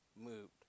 moved